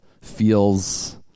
feels